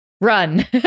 Run